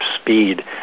speed